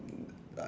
uh